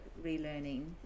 relearning